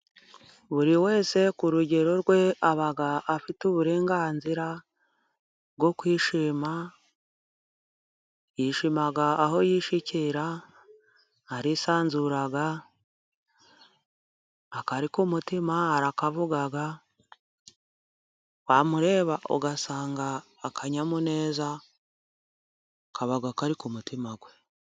Buri wese ku rugero rwe aba afite uburenganzira bwo kwishima yishima aho yishyikira, arisanzura akari ku mutima arakavuga wamureba ugasanga akanyamuneza kaba kari mutima we.